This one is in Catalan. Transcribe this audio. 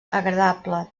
agradable